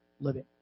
living